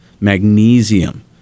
magnesium